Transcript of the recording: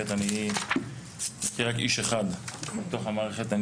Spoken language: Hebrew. אני מכיר רק איש אחד בתוך המערכת,